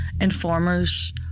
informers